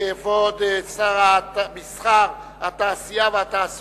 כבוד שר התעשייה, המסחר והתעסוקה,